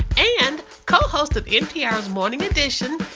and co-host of npr's morning edition,